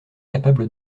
capables